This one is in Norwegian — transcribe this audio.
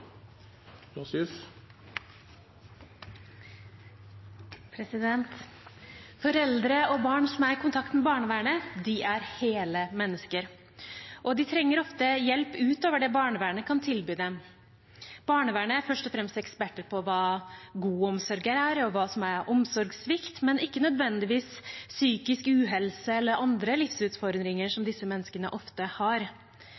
hele mennesker. De trenger ofte hjelp utover det barnevernet kan tilby dem. Barnevernet er først og fremst eksperter på hva god omsorg er, og hva som er omsorgssvikt, men ikke nødvendigvis på psykisk uhelse eller andre livsutfordringer som